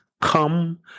Come